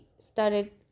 started